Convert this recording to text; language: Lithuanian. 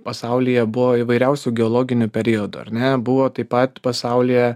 pasaulyje buvo įvairiausių geologinių periodų ar ne buvo taip pat pasaulyje